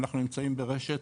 אנחנו נמצאים ברשת